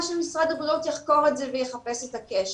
שמשרד הבריאות יחקור את זה ויחפש את הקשר.